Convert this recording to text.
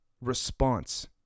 response